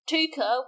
Tuka